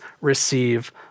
receive